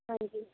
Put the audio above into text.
ਹਾਂਜੀ